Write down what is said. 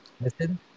listen